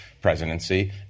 presidency